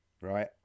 Right